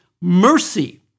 mercy